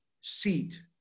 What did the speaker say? seat